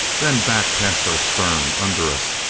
then back past our stern under us,